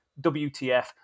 WTF